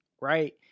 Right